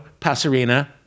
passerina